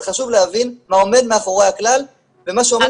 אבל חשוב להבין מה עומד מאחורי הכלל ומה שעומד